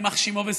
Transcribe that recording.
יימח שמו וזכרו,